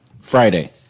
Friday